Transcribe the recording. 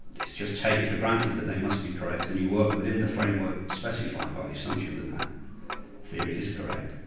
it's just taken for granted that they must be correct and you work within the framework specified by the assumption that that theory is correct,